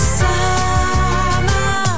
summer